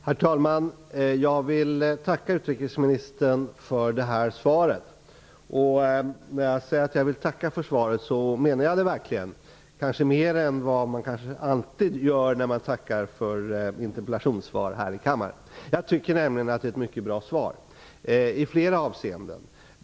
Herr talman! Jag vill tacka utrikesministern för det här svaret, och när jag säger att jag vill tacka så menar jag det verkligen -- mer än vad man kanske gör vanligtvis när man tackar för interpellationssvar här i kammaren. Jag tycker nämligen att det är ett mycket bra svar i flera avseenden.